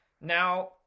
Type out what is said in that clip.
Now